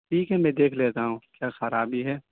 ٹھیک ہے میں دیکھ لیتا ہوں کیا خرابی ہے